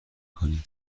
کنیم